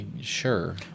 sure